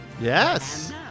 yes